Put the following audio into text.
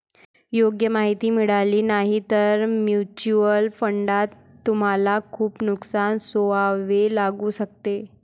योग्य माहिती मिळाली नाही तर म्युच्युअल फंडात तुम्हाला खूप नुकसान सोसावे लागू शकते